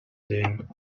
sehen